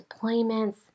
deployments